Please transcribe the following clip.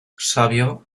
savio